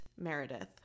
Meredith